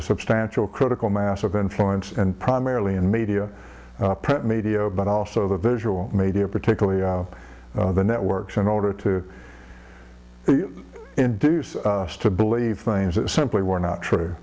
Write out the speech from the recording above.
substantial critical mass of influence and primarily in media print media but also the visual media particularly the networks in order to induce us to believe things that simply were not